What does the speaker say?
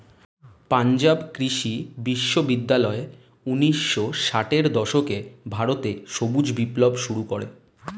পাঞ্জাব কৃষি বিশ্ববিদ্যালয় ঊন্নিশো ষাটের দশকে ভারতে সবুজ বিপ্লব শুরু করে